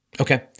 Okay